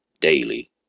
Daily